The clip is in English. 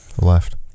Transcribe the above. left